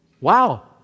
Wow